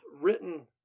written